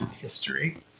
history